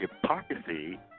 hypocrisy